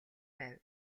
байв